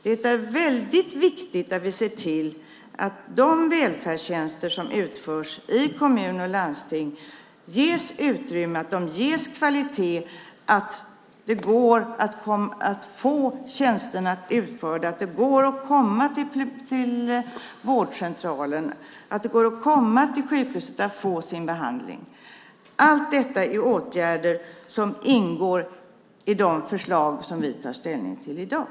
Det är väldigt viktigt att vi ser till att de välfärdstjänster som utförs i kommuner och landsting ges utrymme, att de har kvalitet, att det går att få tjänsterna utförda, att det går att komma till vårdcentralen och att det går att komma till sjukhuset för att få sin behandling. Allt detta är åtgärder som ingår i de förslag som vi tar ställning till i dag.